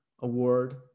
award